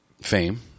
fame